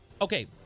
Okay